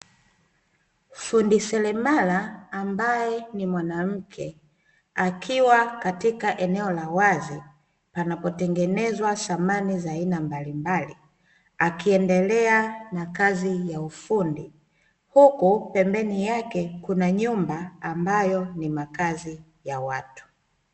Fundi seremara ambaye ni mwanamke akiwa katika eneo la wazi panapotengenezwa samani za aina mbalimbali, akiendelea na kazi ya ufundi huku pembeni yake kuna nyumba ambayo ni makazi ya watu.